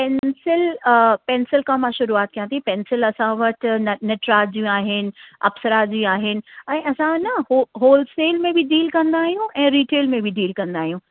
pencil pencil खां मां शूरूआत कयां थी पैंसिल असां वटि न नटराज जूं आहिनि अपसरा जूं आहिनि ऐं असां वटि न हो होलसेल में डील कंदा आहियूं ऐं रीटेल में बि डील कंदा आहियूं